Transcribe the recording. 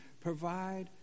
Provide